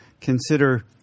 consider